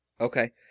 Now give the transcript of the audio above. Okay